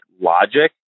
logic